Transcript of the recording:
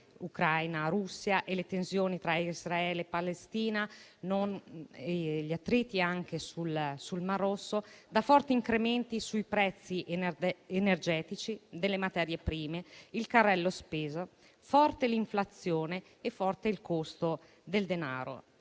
Ucraina e Russia, le tensioni tra Israele e Palestina, gli attriti sul Mar Rosso, i forti incrementi dei prezzi energetici e delle materie prime, il carrello spesa, la forte inflazione e il forte costo del denaro